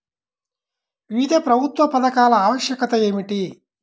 వివిధ ప్రభుత్వా పథకాల ఆవశ్యకత ఏమిటి?